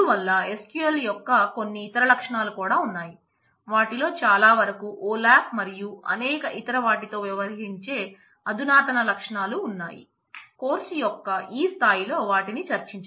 అందువల్ల SQL యొక్క కొన్ని ఇతర లక్షణాలు కూడా ఉన్నాయి వాటిలో చాలా వరకు OLAP మరియు అనేక ఇతర వాటితో వ్యవహరించే అధునాతన లక్షణాలు ఉన్నాయి కోర్సు యొక్క ఈ స్థాయిలో వాటిని చర్చించను